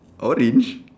orange